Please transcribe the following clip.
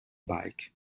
bike